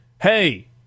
hey